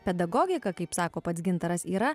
pedagogika kaip sako pats gintaras yra